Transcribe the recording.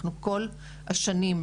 כל השנים,